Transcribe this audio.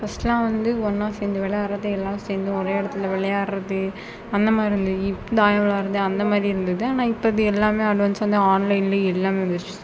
ஃபஸ்ட்லாம் வந்து ஒன்றா சேர்ந்து விளையாடுறது எல்லாம் சேர்ந்து ஒரே இடத்துல விளையாடுறது அந்த மாதிரி இருந்தாங்க தாயம் விளையாடுறது அந்த மாதிரி இருந்தது ஆனால் இப்போ அது எல்லாமே அட்வான்ஸாக வந்து ஆன்லைன்லையே எல்லாமே வந்துடுச்சு